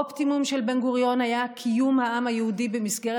האופטימום של בן-גוריון היה קיום העם היהודי במסגרת